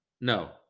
no